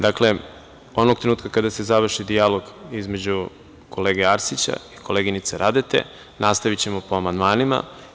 Dakle, onog trenutka kada se završi dijalog između kolege Arsića i koleginice Radeta nastavićemo po amandmanima.